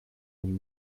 dem